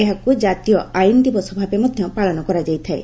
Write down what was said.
ଏହାକୁ ଜାତୀୟ ଆଇନ୍ ଦିବସ ଭାବେ ମଧ୍ୟ ପାଳନ କରାଯାଇଥାଏ